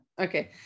Okay